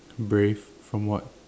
brave from what